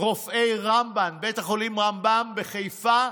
שבו רופאי רמב"ם, בית החולים רמב"ם בחיפה,